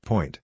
Point